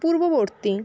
পূর্ববর্তী